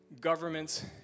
governments